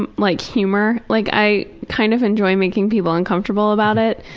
um like humor, like i kind of enjoy making people uncomfortable about it.